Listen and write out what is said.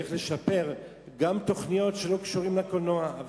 ואיך לשפר גם תוכניות שלא קשורות לקולנוע.